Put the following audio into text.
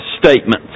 statements